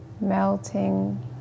melting